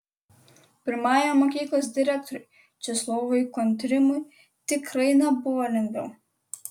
pirmajam mokyklos direktoriui česlovui kontrimui tikrai nebuvo lengviau